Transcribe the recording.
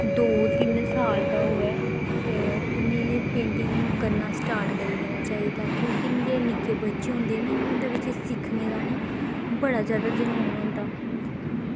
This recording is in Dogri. दौ तिन्न साल दा होऐ ते उ'नें पेंटिंग करना स्टार्ट करी लैना चाहिदा क्योंकि जेह्ड़े निक्के बच्चे होंदे निं उं'दे कच्छ सिक्खनै दा नी बड़ा जेह्का जुनून होंदा